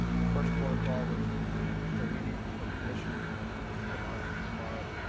first port of call was tahiti for permission from our from our